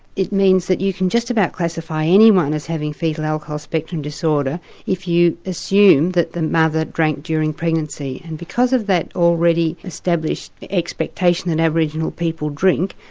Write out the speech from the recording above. it means that you can just about classify anyone as having foetal alcohol spectrum disorder if you assume that the mother drank during pregnancy. and because of that already established expectation that aboriginal people drink,